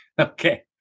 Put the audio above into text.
Okay